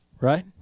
right